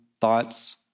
thoughts